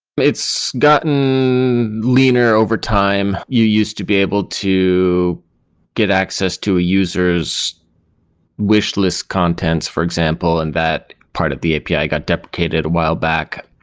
it's gotten leaner overtime. you used to be able to get access to a user s wish list contents, for example, and that part of the api got deprecated awhile back.